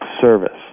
service